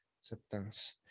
acceptance